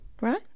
right